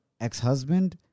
ex-husband